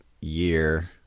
year